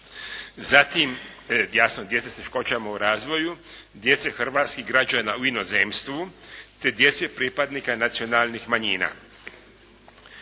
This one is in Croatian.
Zatim, jasno, djece s teškoćama u razvoju, djece hrvatskih građana u inozemstvu, te djece pripadnika nacionalnih manjina.